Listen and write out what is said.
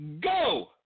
go